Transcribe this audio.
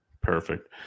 Perfect